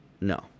No